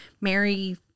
Mary